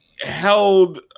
held